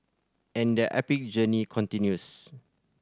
and their epic journey continues